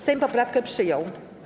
Sejm poprawkę przyjął.